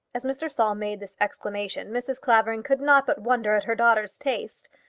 as mr. saul made this exclamation, mrs. clavering could not but wonder at her daughter's taste.